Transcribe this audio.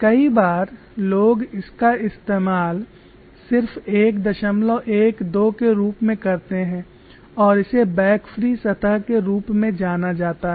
कई बार लोग इसका इस्तेमाल सिर्फ 112 के रूप में करते हैं और इसे बैक फ्री सतह के रूप में जाना जाता है